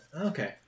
Okay